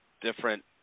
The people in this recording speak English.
different